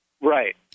Right